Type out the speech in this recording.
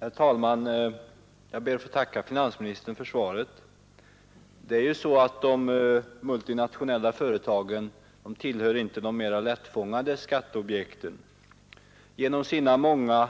Herr talman! Jag ber att få tacka finansministern för svaret. De multinationella företagen tillhör inte de mera lättfångade skatteobjekten. Genom sina många